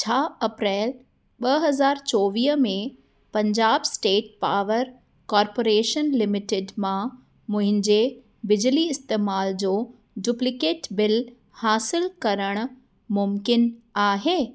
छा अप्रैल ॿ हज़ार चोवीह में Punjab state power corporation limited मां मुहिंजे बिजली इस्तेमाल जो डुप्लीकेट बिल हासिलु करणु मुमकिन आहे